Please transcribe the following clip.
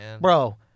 bro